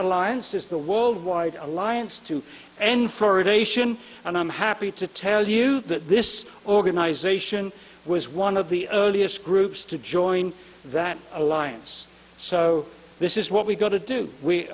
alliance is the world wide alliance to end fluoridation and i'm happy to tell you that this organization was one of the earliest groups to join that alliance so this is what we got to do we